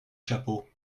chapeaux